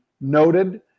noted